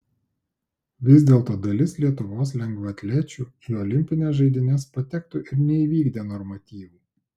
vis dėlto dalis lietuvos lengvaatlečių į olimpines žaidynes patektų ir neįvykdę normatyvų